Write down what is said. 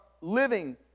living